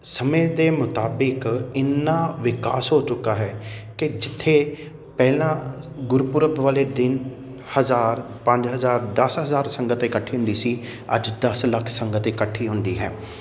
ਸਮੇਂ ਦੇ ਮੁਤਾਬਿਕ ਇੰਨਾ ਵਿਕਾਸ ਹੋ ਚੁੱਕਾ ਹੈ ਕਿ ਜਿੱਥੇ ਪਹਿਲਾਂ ਗੁਰਪੁਰਬ ਵਾਲੇ ਦਿਨ ਹਜ਼ਾਰ ਪੰਜ ਹਜ਼ਾਰ ਦਸ ਹਜ਼ਾਰ ਸੰਗਤ ਇਕੱਠੀ ਹੁੰਦੀ ਸੀ ਅੱਜ ਦਸ ਲੱਖ ਸੰਗਤ ਇਕੱਠੀ ਹੁੰਦੀ ਹੈ